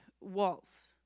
walls